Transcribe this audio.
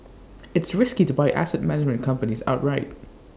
it's risky to buy asset management companies outright